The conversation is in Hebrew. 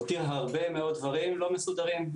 הותיר הרבה מאוד דברים לא מסודרים.